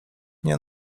nie